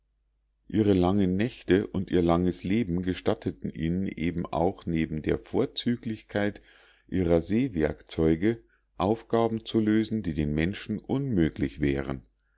ihre langen nächte und ihr langes leben gestatteten ihnen eben auch neben der vorzüglichkeit ihrer sehwerkzeuge aufgaben zu lösen die den menschen unmöglich wären